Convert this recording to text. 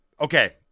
Okay